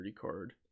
card